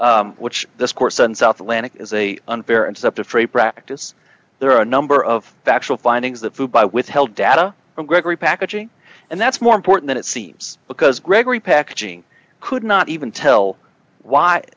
atlantic is a unfair and separate free practice there are a number of factual findings that food by withheld data from gregory packaging and that's more important it seems because gregory packaging could not even tell why